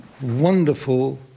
wonderful